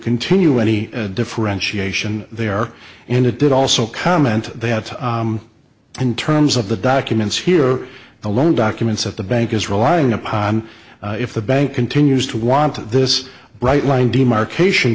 continue any differentiation there and it did also comment that in terms of the documents here the loan documents at the bank is relying upon if the bank continues to want this bright line demarcation